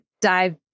dive